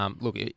Look